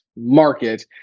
market